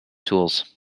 tools